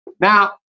Now